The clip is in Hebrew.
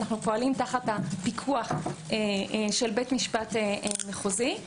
אנו פועלים תחת פיקוח בית משפט מחוזי,